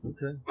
Okay